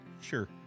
sure